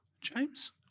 James